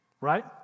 Right